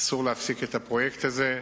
אסור להפסיק את הפרויקט הזה.